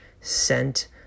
scent